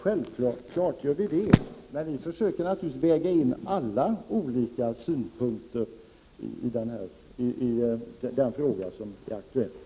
Självfallet gör vi det, men vi försöker väga in alla olika synpunkter i den fråga som är aktuell.